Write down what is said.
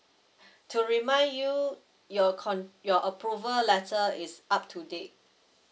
to remind you your con~ your approval letter is up to date